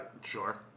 Sure